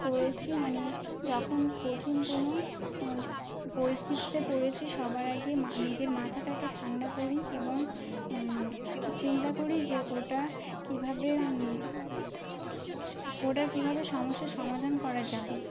করেছি মানে যখন কঠিন কোনো পরিস্থিতিতে পড়েছি সবার আগে নিজের মাথাটাকে ঠান্ডা করি এবং চিন্তা করি যে ওটা কীভাবে ওটার কীভাবে সমস্যার সমাধান করা যাবে